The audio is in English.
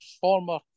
former